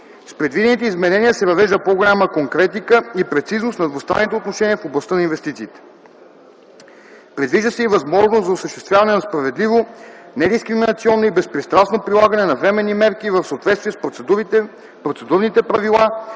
С предвидените изменения се въвежда по-голяма конкретика и прецизност на двустранните отношения в областта на инвестициите. Предвижда се и възможност за осъществяване на справедливо, недискриминационно и безпристрастно прилагане на временни мерки в съответствие с процедурните правила